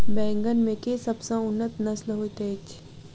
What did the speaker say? बैंगन मे केँ सबसँ उन्नत नस्ल होइत अछि?